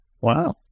Wow